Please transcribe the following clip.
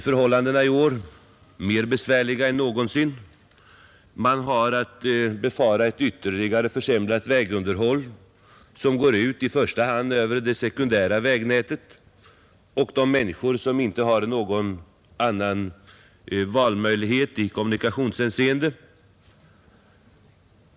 Förhållandena i år blir mer besvärliga än någonsin. Man har att befara ett ytterligare försämrat vägunderhåll, som går ut i första hand över det sekundära vägnätet och de människor som inte har någon annan valmöjlighet i kommunikationshänseende än att använda dessa vägar.